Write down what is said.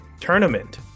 tournament